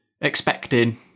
expecting